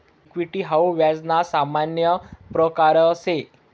equity हाऊ व्याज ना सामान्य प्रकारसे